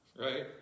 right